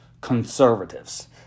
conservatives